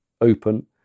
open